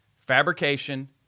fabrication